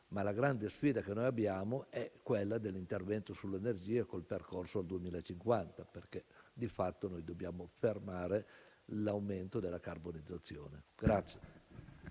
ma la grande sfida che abbiamo è l'intervento sull'energia con il percorso al 2050, perché di fatto dobbiamo fermare l'aumento della carbonizzazione.